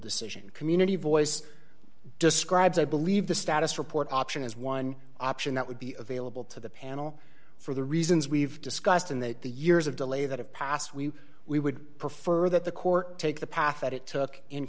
decision community voice describes i believe the status report option is one option that would be available to the panel for the reasons we've discussed and that the years of delay that have passed we we would prefer that the court take the path that it took in